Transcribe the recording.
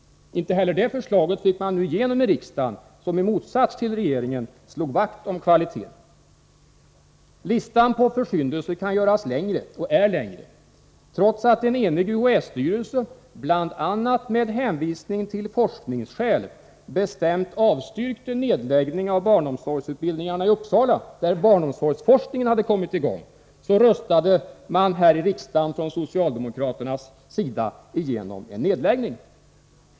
Inte heller det förslaget fick man nu igenom i riksdagen, som i motsats till regeringen slog vakt om kvaliteten. Listan på försyndelser är längre. Trots att en enig UHÄ-styrelse, bl.a. med hänvisning till forskningsskäl, bestämt avstyrkte nedläggning av barnomsorgsutbildningarna i Uppsala, där barnomsorgsforskning hade kommit i gång, röstade socialdemokraterna i riksdagen igenom förslaget om en nedläggning.